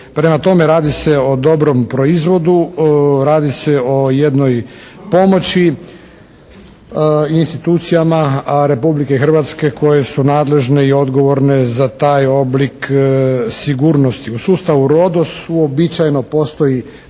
Prema tome, radi se o dobrom proizvodu, radi se o jednoj pomoći institucijama Republike Hrvatske koje su nadležne i odgovorne za taj oblik sigurnosti. U sustavu RODOS uobičajeno postoji